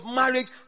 marriage